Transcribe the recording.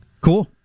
Cool